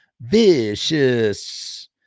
Vicious